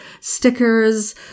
stickers